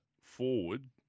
forward